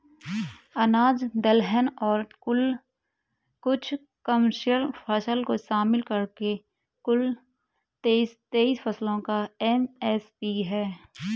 अनाज दलहन और कुछ कमर्शियल फसल को शामिल करके कुल तेईस फसलों का एम.एस.पी है